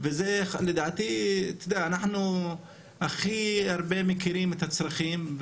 אנחנו מכירים הכי טוב את הצרכים,